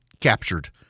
captured